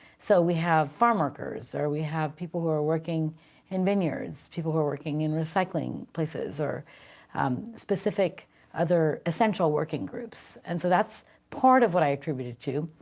so we have farm workers, or we have people who are working in vineyards, people who are working in recycling places, or specific other essential working groups. and so that's part of what i attribute it to,